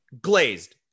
Glazed